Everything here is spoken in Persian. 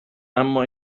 اما